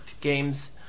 games